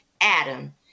Adam